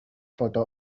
photo